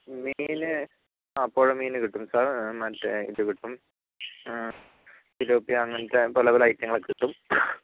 മീൻ ആ പുഴ മീൻ കിട്ടും സർ മറ്റേ ഇത് കിട്ടും പിലോപ്പിയ അങ്ങനത്തെ പല പല ഐറ്റങ്ങളൊക്കെ കിട്ടും